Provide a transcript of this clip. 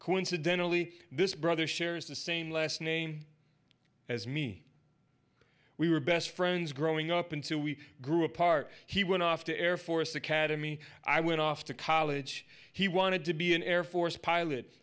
coincidentally this brother shares the same last name as me we were best friends growing up until we grew apart he went off to air force academy i went off to college he wanted to be an air force pilot